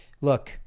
look